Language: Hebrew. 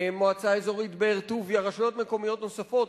מועצה אזורית באר-טוביה, ורשויות מקומיות נוספות.